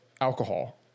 alcohol